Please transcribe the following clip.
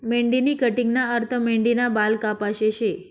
मेंढीनी कटिंगना अर्थ मेंढीना बाल कापाशे शे